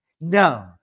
No